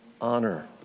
honor